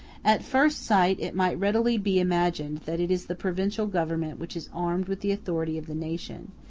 at first sight it might readily be imagined that it is the provincial government which is armed with the authority of the nation,